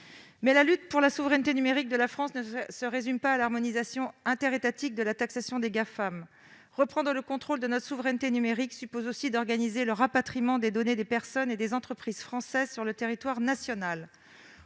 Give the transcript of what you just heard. étant, la lutte pour la souveraineté numérique de la France ne se résume pas à l'harmonisation interétatique de la taxation des Gafam. Reprendre le contrôle de notre souveraineté numérique suppose aussi d'organiser le rapatriement des données de nos concitoyens et des entreprises françaises sur le territoire national.